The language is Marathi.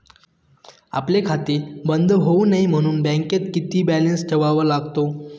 आपले खाते बंद होऊ नये म्हणून बँकेत किती बॅलन्स ठेवावा लागतो?